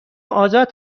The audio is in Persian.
آزاد